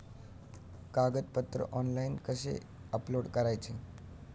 कागदपत्रे ऑनलाइन कसे अपलोड करायचे?